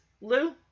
Lou